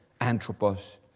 anthropos